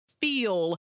feel